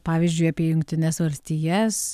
pavyzdžiui apie jungtines valstijas